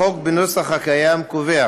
החוק בנוסחו הקיים קובע